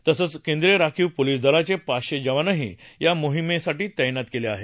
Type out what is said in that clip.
तसंच केंद्रीय राखीव पोलीस दलाचे पाचशे जवानही या मोहिमेसाठी तैनात केले आहेत